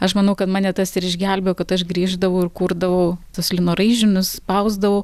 aš manau kad mane tas ir išgelbėjo kad aš grįždavau ir kurdavau tuos lino raižinius spausdavau